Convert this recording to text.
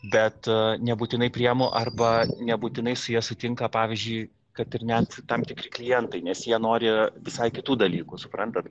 bet nebūtinai priemu arba nebūtinai su ja sutinka pavyzdžiui kad ir net tam tikri klientai nes jie nori visai kitų dalykų suprantat